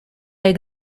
der